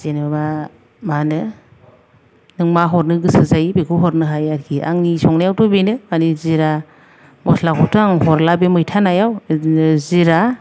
जेन'बा माहोनो नों मा हरनो गोसो जायो बेखौ हरनो हायो आरोखि आंनि संनायावथ' बेनो माने जिरा मस्लाखौथ' आं हरला बे मैथा नायाव बिदिनो जिरा